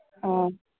ꯑꯣ